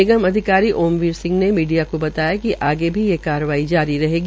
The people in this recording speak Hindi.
निगम अधिकारी ओम वीर सिंह ने मीडिया को बताया कि आगे की ये कार्रवाई जारी रहेगी